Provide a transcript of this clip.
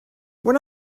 when